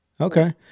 Okay